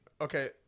okay